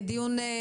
על סדר היום,